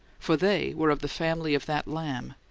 for they were of the family of that lamb,